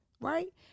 Right